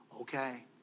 okay